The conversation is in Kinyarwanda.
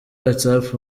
whatsapp